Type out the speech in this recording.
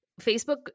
Facebook –